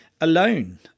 alone